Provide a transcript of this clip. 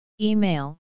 Email